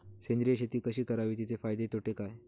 सेंद्रिय शेती कशी करावी? तिचे फायदे तोटे काय?